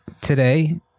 today